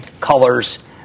colors